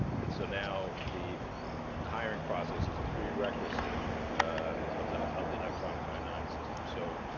and so now the hiring process is a prerequisite of the of the electronic i nine system. so,